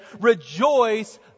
rejoice